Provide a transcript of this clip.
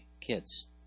kids